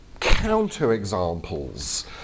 counterexamples